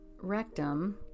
rectum